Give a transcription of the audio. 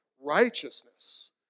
righteousness